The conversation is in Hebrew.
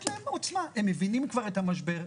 הם כבר מבינים את המשבר.